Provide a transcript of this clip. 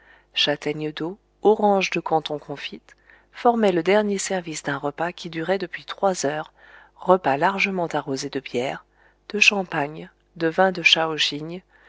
châtaignes d'eau oranges de canton confites formaient le dernier service d'un repas qui durait depuis trois heures repas largement arrosé de bière de champagne de vin de